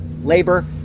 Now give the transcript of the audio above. labor